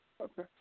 Okay